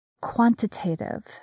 quantitative